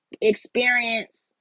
experience